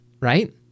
right